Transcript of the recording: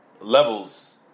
levels